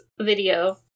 video